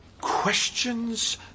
Questions